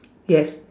yes